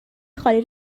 خالی